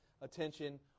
attention